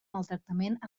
maltractament